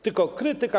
Tylko krytyka.